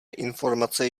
informace